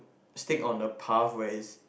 stick on the pathways